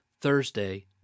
Thursday